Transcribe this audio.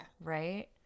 Right